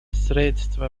средства